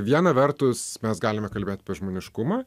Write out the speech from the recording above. viena vertus mes galime kalbėt apie žmoniškumą